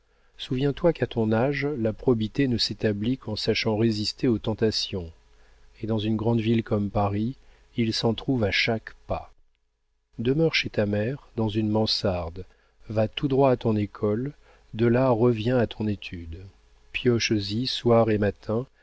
souviens-toi qu'à ton âge la probité ne s'établit qu'en sachant résister aux tentations et dans une grande ville comme paris il s'en trouve à chaque pas demeure chez ta mère dans une mansarde va tout droit à ton école de là reviens à ton étude pioches y soir et matin